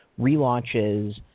relaunches